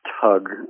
tug